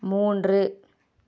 மூன்று